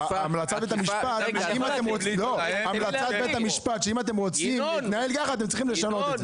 המלצת בית המשפט היא שאם אתם רוצים להתנהל כך אתם צריכים לשנות את זה.